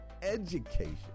education